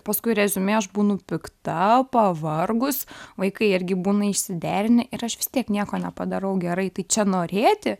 paskui reziumė aš būnu pikta pavargus vaikai irgi būna išsiderinę ir aš vis tiek nieko nepadarau gerai tai čia norėti